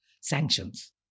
sanctions